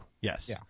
Yes